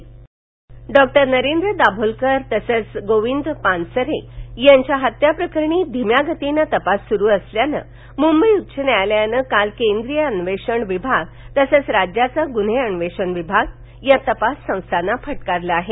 उच्च न्यायालय डॉ नरेंद्र दाभोलकर तसंचं गोविंद पानसरे हत्याप्रकरणी धीम्या गतीनं तपास सुरू असल्यानं मुंबई उच्च न्यायालयानं काल केंद्रीय अन्वेषण विभाग तसंच राज्याचा गुन्हे अन्वेषण विभाग या तपास संस्थाना फटकारलं आहे